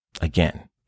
again